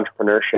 entrepreneurship